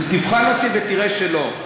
תבחן אותי ותראה שלא.